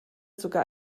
sogar